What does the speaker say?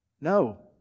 No